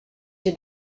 did